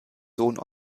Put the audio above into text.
sohn